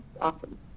Awesome